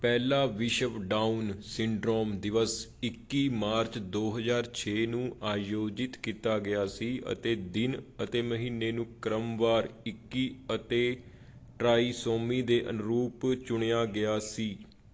ਪਹਿਲਾ ਵਿਸ਼ਵ Down syndrome ਦਿਵਸ ਇੱਕੀ ਮਾਰਚ ਦੋ ਹਜ਼ਾਰ ਛੇ ਨੂੰ ਆਯੋਜਿਤ ਕੀਤਾ ਗਿਆ ਸੀ ਅਤੇ ਦਿਨ ਅਤੇ ਮਹੀਨੇ ਨੂੰ ਕ੍ਰਮਵਾਰ ਇੱਕੀ ਅਤੇ ਟ੍ਰਾਈਸੋਮੀ ਦੇ ਅਨੁਰੂਪ ਚੁਣਿਆ ਗਿਆ ਸੀ